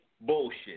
bullshit